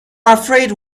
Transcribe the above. afraid